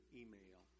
email